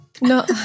No